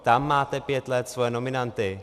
Tam máte pět let svoje nominanty.